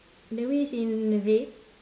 the wheel's in red